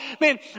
Man